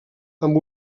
amb